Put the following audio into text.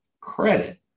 credit